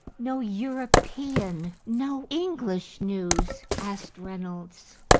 no european, no english news? asked reynolds.